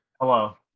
Hello